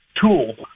tool